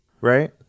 right